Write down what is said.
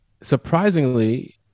surprisingly